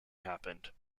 happened